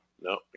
no